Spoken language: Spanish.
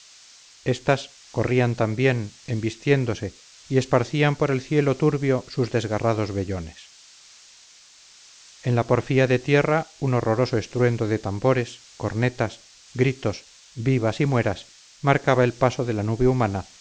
estas corrían también embistiéndose y esparcían por el cielo turbio sus desgarrados vellones en la porfía de tierra un horroroso estruendo de tambores cornetas gritos vivas y mueras marcaba el paso de la nube humana